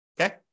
Okay